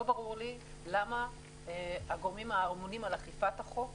לא ברור לי למה הגורמים האמונים על אכיפת החוק